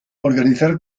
organizar